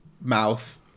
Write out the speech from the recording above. mouth